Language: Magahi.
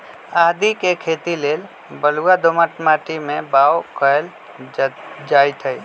आदीके खेती लेल बलूआ दोमट माटी में बाओ कएल जाइत हई